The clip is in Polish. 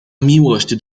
miłość